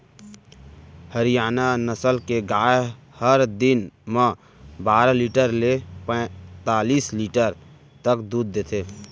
हरियाना नसल के गाय हर दिन म बारा लीटर ले पैतालिस लीटर तक दूद देथे